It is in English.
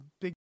big